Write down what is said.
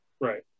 Right